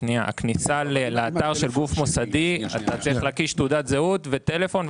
בכניסה לאתר של גוף מוסדי אתה צריך להקיש תעודת זהות וטלפון,